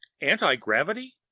anti-gravity